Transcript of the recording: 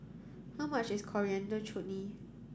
how much is Coriander Chutney